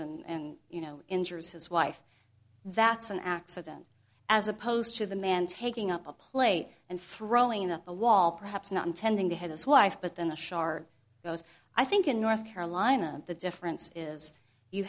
and you know injures his wife that's an accident as opposed to the man taking up a plate and throwing up a wall perhaps not intending to have his wife but then the shar goes i think in north carolina the difference is you